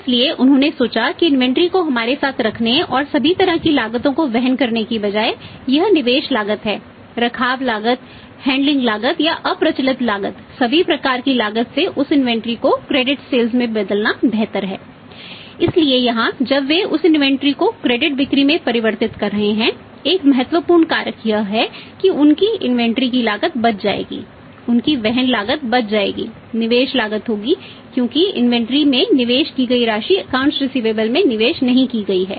इसलिए उन्होंने सोचा कि इन्वेंट्री में निवेश नहीं की गई है